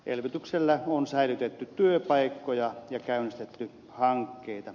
elvytyksellä on säilytetty työpaikkoja ja käynnistetty hankkeita